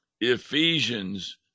Ephesians